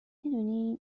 میدونی